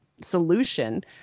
Solution